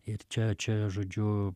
ir čia čia žodžiu